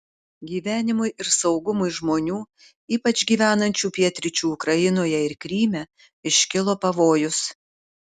gyvenimui ir saugumui žmonių ypač gyvenančių pietryčių ukrainoje ir kryme iškilo pavojus